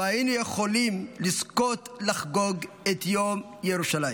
לא היינו יכולים לזכות לחגוג את יום ירושלים.